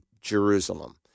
Jerusalem